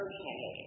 Okay